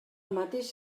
mateix